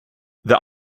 there